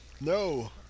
No